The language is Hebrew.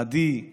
עדי,